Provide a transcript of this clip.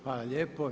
Hvala lijepo.